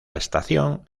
estación